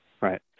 Right